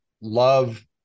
love